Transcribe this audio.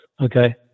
Okay